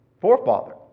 forefather